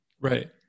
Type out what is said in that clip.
right